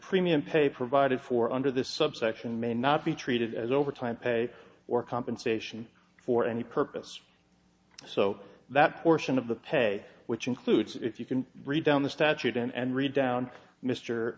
premium pay for vide for under this subsection may not be treated as overtime pay or compensation for any purpose so that portion of the pay which includes if you can read down the statute and read down mr